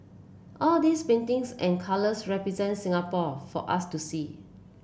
all these paintings and colours represent Singapore for us to see